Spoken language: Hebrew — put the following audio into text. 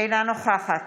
אינה נוכחת